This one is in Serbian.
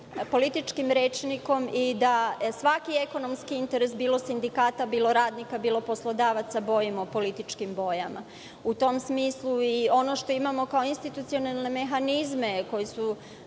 političkim rečnikom i da svaki ekonomski interes, bilo sindikata, bilo radnika, bilo poslodavaca, bojimo političkim bojama. U tom smislu i ono što imamo kao institucionalne mehanizme, koji još